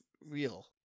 real